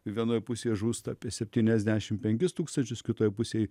vienoj pusėje žūsta apie septyniasdešim penkis tūkstančius kitoj pusėj